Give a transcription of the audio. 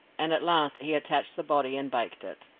and at last he attached the body and baked it.